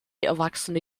erwachsene